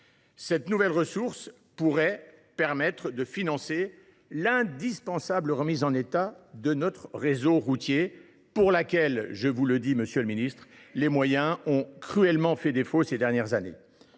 Cette nouvelle ressource pourrait leur permettre de financer l’indispensable remise en état de notre réseau routier, pour laquelle – je tiens à le souligner, monsieur le ministre – les moyens ont cruellement fait défaut ces dernières années.